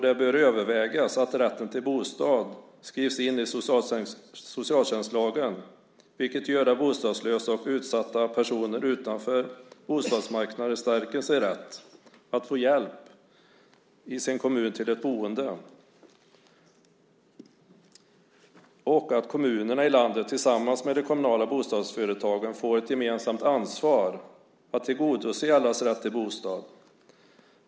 Det bör övervägas att rätten till bostad skrivs in i socialtjänstlagen, vilket skulle göra att bostadslösa och utsatta personer utanför bostadsmarknaden stärker sin rätt att få hjälp i sin kommun till ett boende. Det skulle också ge kommunerna i landet tillsammans med bostadsföretagen ett gemensamt ansvar att tillgodose allas rätt till bostad.